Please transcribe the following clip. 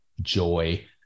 joy